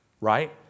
right